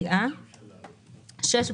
שנייה (סעיף